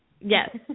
Yes